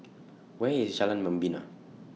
Where IS Jalan Membina